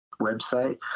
website